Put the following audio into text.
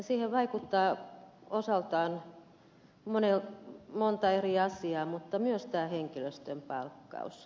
siihen vaikuttaa osaltaan monta eri asiaa mutta myös tämä henkilöstön palkkaus